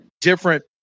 different